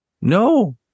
No